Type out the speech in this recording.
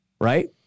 Right